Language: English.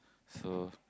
so